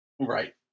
Right